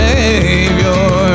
Savior